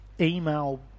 email